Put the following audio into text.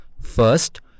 First